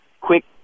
quick